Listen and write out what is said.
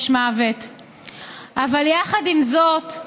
אבל עם זאת,